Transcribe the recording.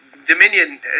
Dominion